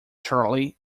charley